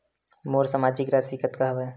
मोर मासिक राशि कतका हवय?